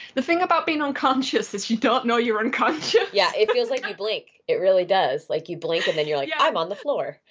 the thing about being unconscious is you don't know you're unconscious. yeah, it feels like you blink. it really does, like you blink and then you're like, yeah i'm on the floor.